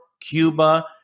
Cuba